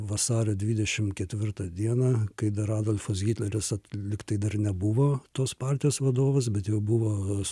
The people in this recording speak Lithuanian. vasario dvidešimt ketvirtą dieną kai dar adolfas hitleris lyg tai dar nebuvo tos partijos vadovas bet jau buvo